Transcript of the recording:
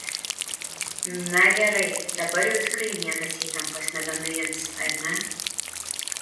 na gerai dabar jau tikrai niekas įtampos nebenuims ar ne